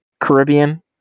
Caribbean